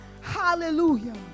Hallelujah